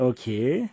Okay